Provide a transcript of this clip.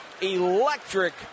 Electric